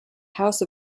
house